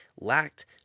lacked